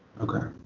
okay.